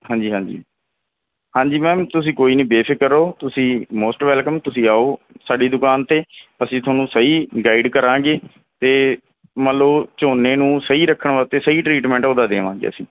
ਹਾਂਜੀ ਹਾਂਜੀ ਹਾਂਜੀ ਮੈਮ ਤੁਸੀਂ ਕੋਈ ਨਹੀਂ ਬੇਫਿਕਰ ਰਹੋ ਤੁਸੀਂ ਮੋਸਟ ਵੈਲਕਮ ਤੁਸੀਂ ਆਉ ਸਾਡੀ ਦੁਕਾਨ 'ਤੇ ਅਸੀਂ ਤੁਹਾਨੂੰ ਸਹੀ ਗਾਈਡ ਕਰਾਂਗੇ ਅਤੇ ਮੰਨ ਲਉ ਝੋਨੇ ਨੂੰ ਸਹੀ ਰੱਖਣ ਵਾਸਤੇ ਸਹੀ ਟ੍ਰੀਟਮੈਂਟ ਉਹਦਾ ਦੇਵਾਂਗੇ ਅਸੀਂ